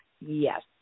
Yes